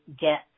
get